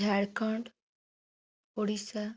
Jharkhand Odisha